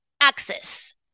access